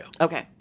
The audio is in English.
Okay